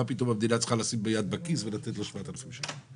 מה פתאום המדינה צריכה לשים יד בכיס ולתת לו 7,000 שקל?